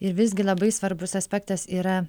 ir visgi labai svarbus aspektas yra